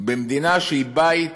במדינה שהיא בית